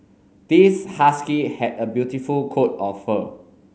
this husky had a beautiful coat of fur